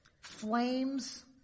flames